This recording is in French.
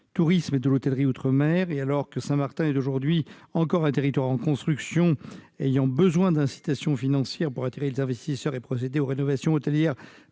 tourisme et de l'hôtellerie outre-mer, et alors que Saint-Martin est aujourd'hui encore un territoire en reconstruction, ayant besoin d'incitations financières pour attirer les investisseurs et procéder aux rénovations hôtelières